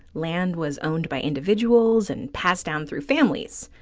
land was owned by individuals and passed down through families.